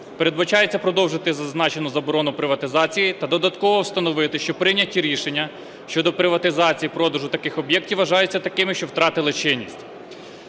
передбачається продовжити зазначену заборону приватизації та додатково встановити, що прийняті рішення щодо приватизації, продажу таких об'єктів вважаються такими, що втратили чинність.